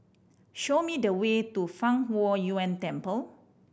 show me the way to Fang Huo Yuan Temple